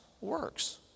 works